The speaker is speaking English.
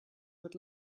would